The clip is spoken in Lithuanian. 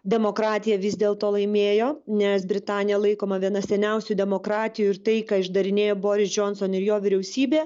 demokratija vis dėlto laimėjo nes britanija laikoma viena seniausių demokratijų ir tai ką išdarinėja boris džonson ir jo vyriausybė